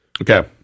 Okay